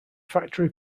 factory